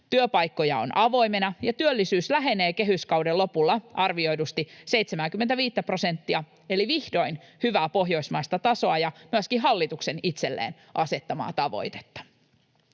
työpaikkoja on avoimena ja työllisyys lähenee kehyskauden lopulla arvioidusti 75:tä prosenttia eli vihdoin hyvää pohjoismaista tasoa ja myöskin hallituksen itselleen asettamaa tavoitetta.